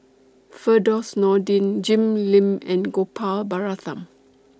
Firdaus Nordin Jim Lim and Gopal Baratham